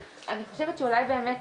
אני חושבת שאולי באמת,